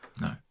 No